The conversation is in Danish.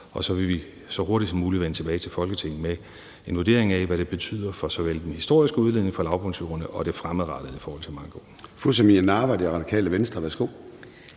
og så vil vi så hurtigt som muligt vende tilbage til Folketinget med en vurdering af, hvad det betyder for såvel den historiske udledning fra lavbundsjorderne som det fremadrettede i forhold til mankoen. Kl. 11:06 Formanden (Søren